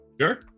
Sure